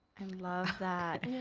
and love that.